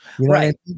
Right